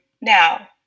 now